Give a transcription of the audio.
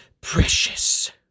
precious